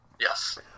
Yes